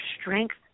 strength